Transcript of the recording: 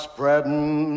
Spreading